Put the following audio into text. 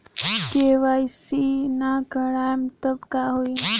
KYC ना करवाएम तब का होई?